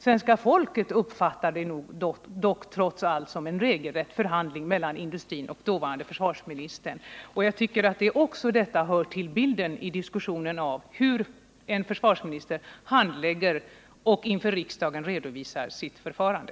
Svenska folket uppfattar det trots allt som regelrätta förhandlingar mellan industrin och dåvarande försvarsministern. Och jag tycker också detta hör till bilden när vi diskuterar hur en försvarsminister handlägger ärenden och inför riksdagen redovisar sitt förfarande.